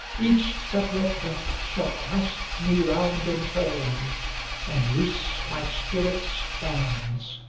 each separate breath shall clasp me round in turn and loose my spirit's bands.